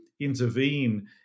intervene